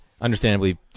understandably